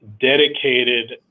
dedicated